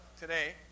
today